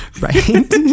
Right